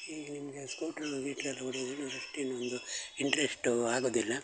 ಈಗ ನಿಮಗೆ ಸ್ಕೂಟ್ರ್ ಗೀಟ್ರ್ ಎಲ್ಲ ನೋಡಿದರೆ ನನ್ಗೆ ಅಷ್ಟೇನೂ ಒಂದು ಇಂಟ್ರೆಸ್ಟು ಆಗೋದಿಲ್ಲ